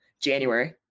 January